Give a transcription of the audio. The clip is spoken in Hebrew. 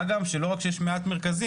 מה גם שלא רק שיש מעט מרכזים,